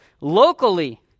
locally